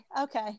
Okay